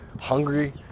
hungry